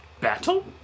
Battle